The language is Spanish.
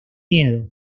miedo